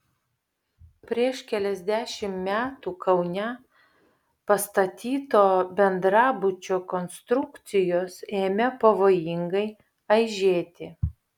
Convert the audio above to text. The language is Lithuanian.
prieš keliasdešimt metų kaune pastatyto bendrabučio konstrukcijos ėmė pavojingai aižėti